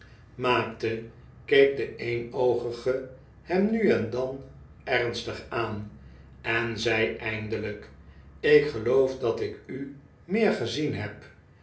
maakte keek de eenoogige hem mi en dan ernstig aan en zei eindelijk ik geloof dat ik u meer gezien heb